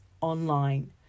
online